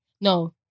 No